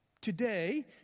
Today